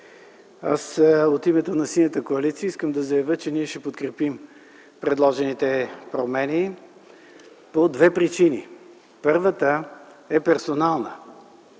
От името на Синята коалиция искам да заявя, че ние ще подкрепим предложените промени по две причини. Първата е персонална.